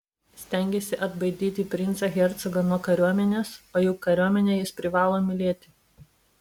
stengėsi atbaidyti princą hercogą nuo kariuomenės o juk kariuomenę jis privalo mylėti